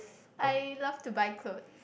I love to buy clothes